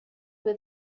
were